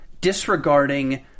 disregarding